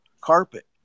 carpet